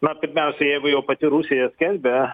na pirmiausia jeigu jau pati rusija skelbia